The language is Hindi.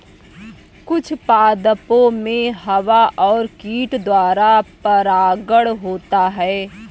कुछ पादपो मे हवा और कीट द्वारा परागण होता है